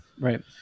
Right